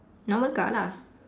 normal car lah